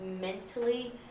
Mentally